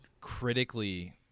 critically